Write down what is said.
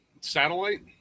Satellite